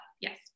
yes